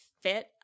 fit